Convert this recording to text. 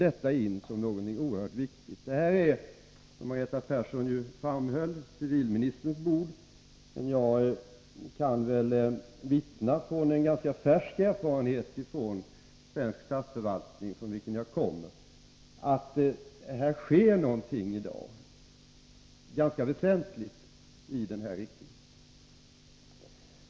Detta är, som Margareta Persson framhöll, civilministerns bord. Men jag kan väl vittna från en ganska färsk erfarenhet från svensk statsförvaltning, från vilken jag kommer, att här sker i dag någonting ganska väsentligt i den här riktningen.